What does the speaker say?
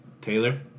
Taylor